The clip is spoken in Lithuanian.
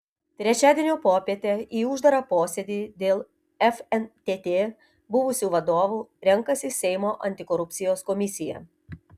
trečiadienio popietę į uždarą posėdį dėl fntt buvusių vadovų renkasi seimo antikorupcijos komisija